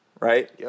Right